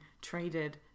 traded